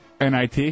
NIT